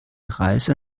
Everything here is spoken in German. reise